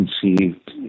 conceived